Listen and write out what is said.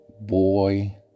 boy